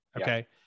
Okay